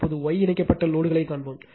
இப்போது Y இணைக்கப்பட்ட லோடு களைக் காண்போம்